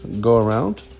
go-around